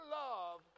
love